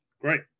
Great